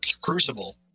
Crucible